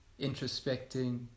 introspecting